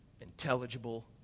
intelligible